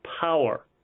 power